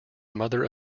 mother